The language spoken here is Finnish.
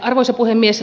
arvoisa puhemies